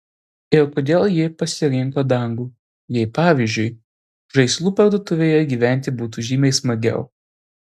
ir kodėl ji pasirinko dangų jei pavyzdžiui žaislų parduotuvėje gyventi būtų žymiai smagiau